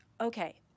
okay